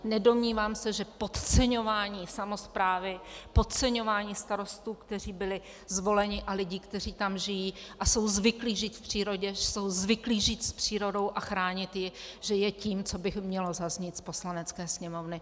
Nedomnívám se, že podceňování samosprávy, podceňování starostů, kteří byli zvoleni, a lidí, kteří tam žijí a jsou zvyklí žít v přírodě, jsou zvyklí žít s přírodou a chránit ji, je tím, co by mělo zaznít z Poslanecké sněmovny.